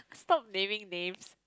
stop naming names